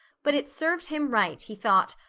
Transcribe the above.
but it served him right, he thought,